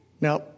Now